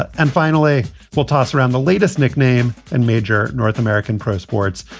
and finally, we'll toss around the latest nickname and major north american pro sports.